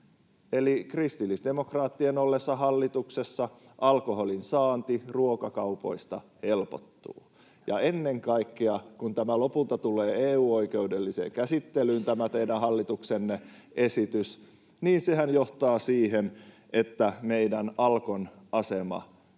Eli kristillisdemokraattien ollessa hallituksessa alkoholin saanti ruokakaupoista helpottuu. Ja ennen kaikkea kun tämä teidän hallituksenne esitys lopulta tulee EU-oikeudelliseen käsittelyyn, niin sehän johtaa siihen, että meidän Alkon asema